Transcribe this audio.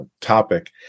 topic